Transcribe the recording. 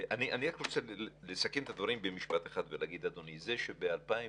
אני רוצה לסכם את הדברים במשפט אחד ולהגיד שזה שב-2020